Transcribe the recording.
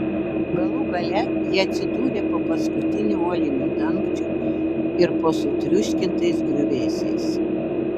galų gale jie atsidūrė po paskutiniu uoliniu dangčiu ir po sutriuškintais griuvėsiais